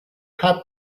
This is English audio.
had